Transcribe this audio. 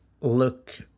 look